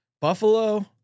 Buffalo